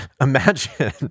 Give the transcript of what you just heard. Imagine